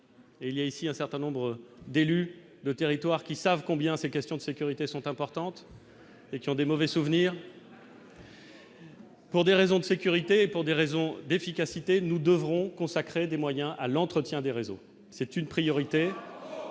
il y a ici un certain nombre d'élus de territoire qui savent combien ces questions de sécurité sont importantes et qui ont des mauvais souvenirs. Pour des raisons de sécurité, pour des raisons d'efficacité, nous devrons consacrer des moyens à l'entretien des réseaux, c'est une priorité,